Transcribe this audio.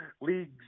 Leagues